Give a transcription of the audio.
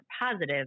positive